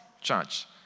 church